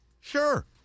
Sure